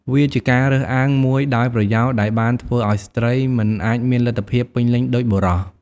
វាជាការរើសអើងមួយដោយប្រយោលដែលបានធ្វើឱ្យស្ត្រីមិនអាចមានលទ្ធភាពពេញលេញដូចបុរស។